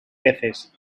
peces